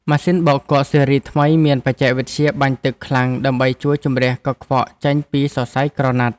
ម៉ាស៊ីនបោកគក់ស៊េរីថ្មីមានបច្ចេកវិទ្យាបាញ់ទឹកខ្លាំងដើម្បីជួយជម្រះកខ្វក់ចេញពីសរសៃក្រណាត់។